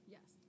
Yes